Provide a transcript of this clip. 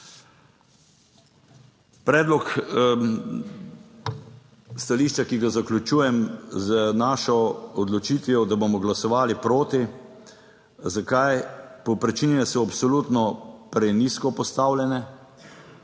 Predlog stališča, ki ga zaključujem z našo odločitvijo, da bomo glasovali proti. Zakaj? Povprečnine so absolutno prenizko postavljene.